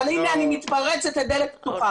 אבל הנה אני מתפרצת לדלת פתוחה,